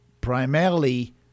primarily